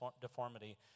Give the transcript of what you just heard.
deformity